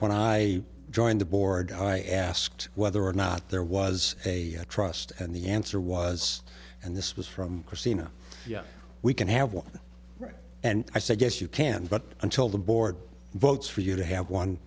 when i joined the board i asked whether or not there was a trust and the answer was and this was from kristina yes we can have one right and i said yes you can but until the board votes for you to have one